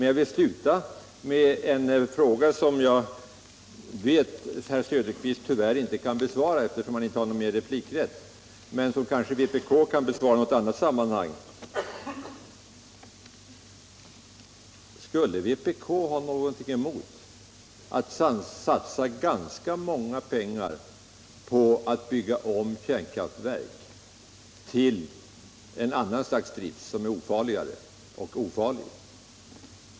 Jag vill sluta med en fråga, som jag vet att herr Söderqvist tyvärr inte kan besvara, eftersom han inte har mer replikrätt, men som vpk kanske kan besvara i något annat sammanhang: Skulle vpk ha någonting emot att satsa även mycket stora pengar på att bygga om kärnkraftverk till ett annat slags drift som är ofarlig?